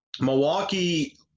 Milwaukee